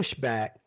pushback